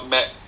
Met